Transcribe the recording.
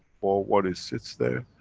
for what it sits there,